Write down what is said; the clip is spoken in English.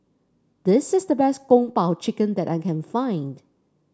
this is the best Kung Po Chicken that I can find